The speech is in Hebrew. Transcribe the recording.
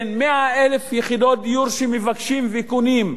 בין 100,000 יחידות דיור שמבקשים וקונים,